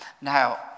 Now